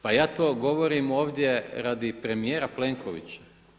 Pa ja to govorim ovdje radi premijera Plenkovića.